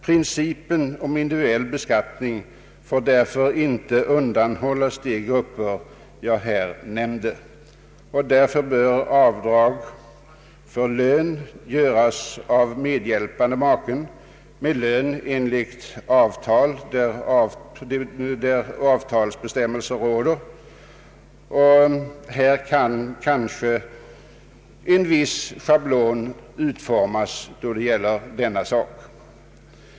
Principen om individuell beskattning får därför inte undanhållas de grupper jag nämnde. Därför bör avdrag för lön till medhjälpande maken få göras enligt avtalsbestämmelserna där sådana finns. Här kan måhända en viss schablon utformas av riksskatteverket.